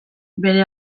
bere